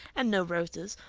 and no roses.